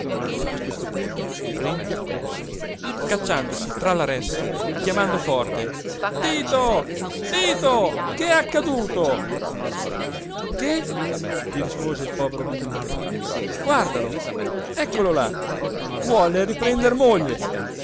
a questo punto renzi accorse cacciandosi tra la ressa chiamando forte tito tito che è accaduto che gli rispose il povero bindi guardalo eccolo là vuole riprender moglie